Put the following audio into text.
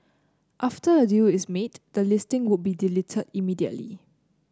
after a deal is made the listing would be deleted immediately